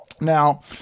Now